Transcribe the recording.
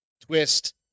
twist